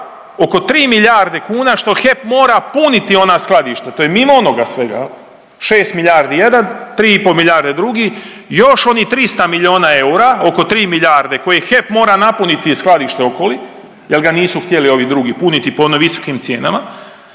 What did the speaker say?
oko 3 milijarde kuna što HEP mora puniti ona skladišta. To je mimo onoga svega 6 milijardi jedan, 3 i pol milijarde drugi. Još onih 300 milijuna eura, oko 3 milijarde koje HEP mora napuniti i skladište Okoli jer ga nisu htjeli ovi drugi puniti po onim visokim cijenama,